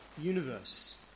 universe